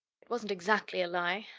it wasn't exactly a lie.